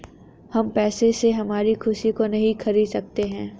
हम पैसे से हमारी खुशी को नहीं खरीदा सकते है